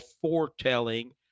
foretelling